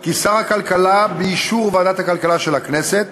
כי שר הכלכלה, באישור ועדת הכלכלה של הכנסת,